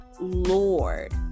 Lord